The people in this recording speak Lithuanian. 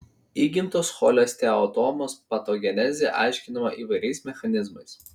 įgimtos cholesteatomos patogenezė aiškinama įvairiais mechanizmais